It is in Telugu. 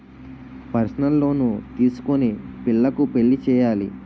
పర్సనల్ లోను తీసుకొని పిల్లకు పెళ్లి చేయాలి